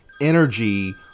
energy